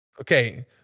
okay